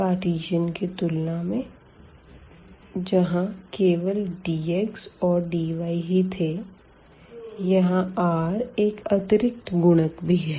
Cartesian की तुलना मे जहाँ केवल dx और dy ही थे यहाँ r एक अतिरिक्त गुणक भी है